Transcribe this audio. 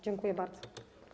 Dziękuję bardzo.